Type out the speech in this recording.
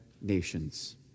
nations